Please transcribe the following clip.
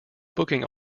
booking